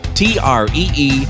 tree